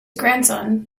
grandson